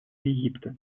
египта